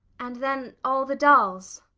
and then all the dolls.